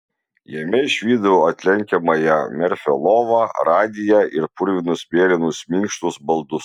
jame išvydau atlenkiamąją merfio lovą radiją ir purvinus mėlynus minkštus baldus